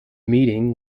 meeting